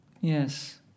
Yes